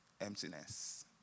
emptiness